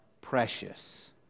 precious